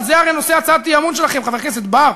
על זה הרי הצעת האי-אמון שלכם, חבר הכנסת בר,